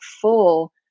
full